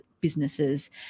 businesses